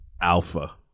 alpha